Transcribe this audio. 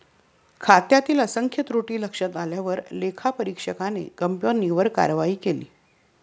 खात्यातील असंख्य त्रुटी लक्षात आल्यावर लेखापरीक्षकाने कंपनीवर कारवाई केली